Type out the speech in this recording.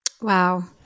Wow